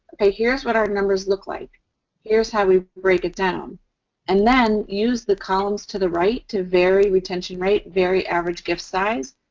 ok, here's what our numbers look like here's how we break it down and then use the columns to the right to vary retention rate, vary average gift size,